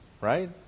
right